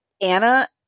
Anna